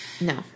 no